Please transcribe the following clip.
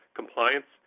compliance